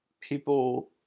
People